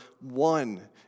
one